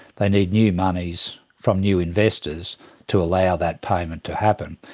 they need new monies from new investors to allow that payment to happen.